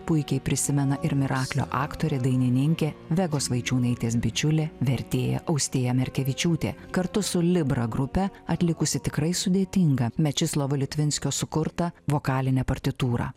puikiai prisimena ir miraklio aktorė dainininkė vegos vaičiūnaitės bičiulė vertėja austėja merkevičiūtė kartu su libra grupe atlikusi tikrai sudėtingą mečislovo liutvinsko sukurtą vokalinę partitūrą